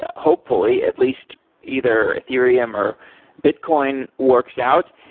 ah hopefully at least either ethereum or bitcoin works out.